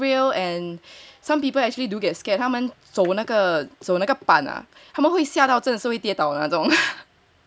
ya if you see is so real and some people actually do get scared 他们走过那个板那个板他们会吓到真的走跌倒那种